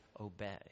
obey